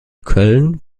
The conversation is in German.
köln